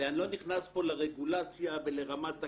אני לא נכנס פה לרגולציה ולרמת הקרינה,